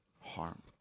harm